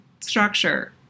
structure